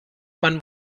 man